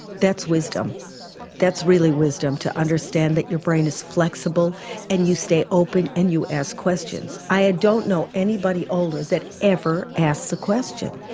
that's wisdom that's really wisdom to understand that your brain is flexible and you stay open and you ask questions. i ah don't know anybody older that ever asks a question.